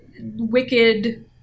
Wicked